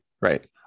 Right